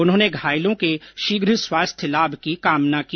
उन्होंने घायलों के शीघ्र स्वास्थ्य लाभ की कामना की